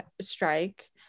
strike